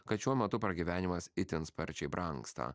kad šiuo metu pragyvenimas itin sparčiai brangsta